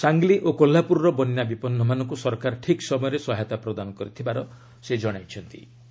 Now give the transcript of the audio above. ସାଙ୍ଗଲି ଓ କୋହ୍ନାପ୍ରରର ବନ୍ୟା ବିପନ୍ତମାନଙ୍କ ସରକାର ଠିକ୍ ସମୟରେ ସହାୟତା ପ୍ରଦାନ କରିଥିବାର ସେ କହିଚ୍ଚନ୍ତି